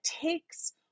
takes